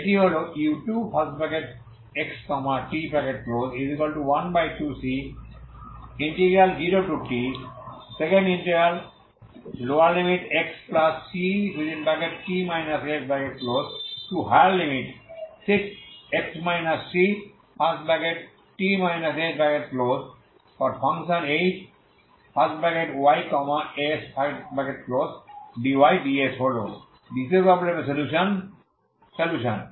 এটি হল u2xt12c0txcx chys dy ds হল দ্বিতীয় প্রবলেেমের সলিউশন